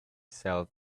sells